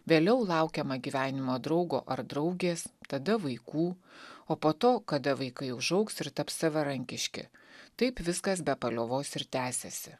vėliau laukiama gyvenimo draugo ar draugės tada vaikų o po to kada vaikai užaugs ir taps savarankiški taip viskas be paliovos ir tęsiasi